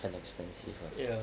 and expensive uh